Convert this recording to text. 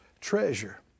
treasure